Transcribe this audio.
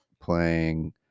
playing